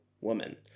woman